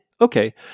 Okay